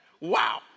Wow